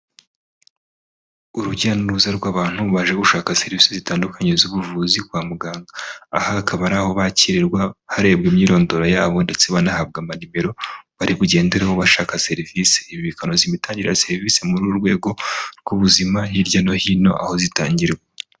Urujya n'uruza rw'abantu baje gushaka serivisi zitandukanye z'ubuvuzi kwa muganga, aha hakaba ari aho bakirirwa harebwa imyirondoro yabo ndetse banahabwa amanimero bari bugendereho bashaka serivisi, ibi bikanoza imitangire ya serivisi mu rwego rw'ubuzima hirya no hino aho zitangirwa.